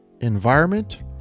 environment